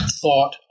thought